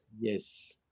Yes